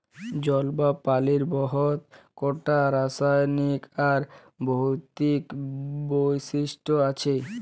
জল বা পালির বহুত কটা রাসায়লিক আর ভৌতিক বৈশিষ্ট আছে